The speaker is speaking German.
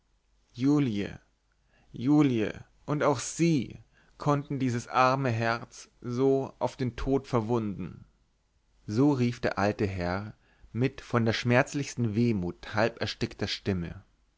julie julie und auch sie konnten dieses arme herz so auf den tod verwunden so rief der alte herr mit von der schmerzlichsten wehmut halberstickter stimme